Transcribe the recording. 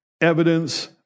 evidence